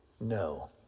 No